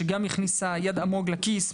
שגם הכניסה יד עמוק לכיס,